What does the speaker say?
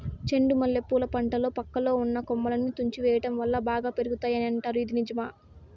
చెండు మల్లె పూల పంటలో పక్కలో ఉన్న కొమ్మలని తుంచి వేయటం వలన బాగా పెరుగుతాయి అని అంటారు ఇది నిజమా?